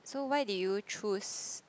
so why did you choose